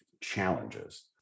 challenges